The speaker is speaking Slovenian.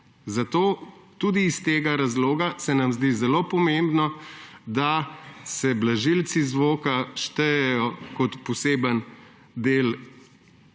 nam tudi iz tega razloga nam zdi zelo pomembno, da se blažilci zvoka štejejo kot poseben del